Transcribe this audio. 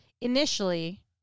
initially